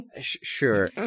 sure